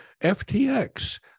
FTX